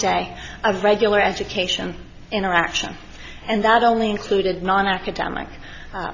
day of regular education interaction and that only included nonacademic a